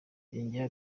yongeyeho